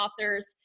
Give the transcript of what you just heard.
authors